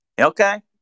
okay